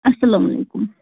اسلامُ علیکُم